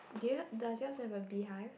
there does it has a beehive